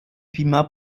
beamer